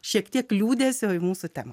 šiek tiek liūdesio mūsų ten